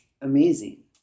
amazing